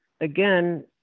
again